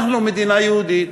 אנחנו מדינה יהודית.